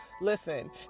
Listen